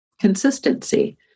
consistency